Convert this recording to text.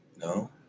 No